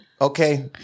Okay